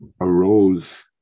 arose